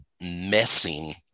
messing